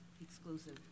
exclusive